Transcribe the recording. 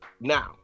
now